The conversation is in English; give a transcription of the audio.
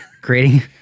creating